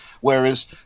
whereas